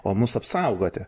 o mus apsaugoti